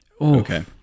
Okay